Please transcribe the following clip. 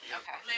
okay